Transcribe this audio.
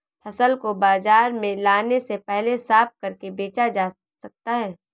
फसल को बाजार में लाने से पहले साफ करके बेचा जा सकता है?